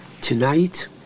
tonight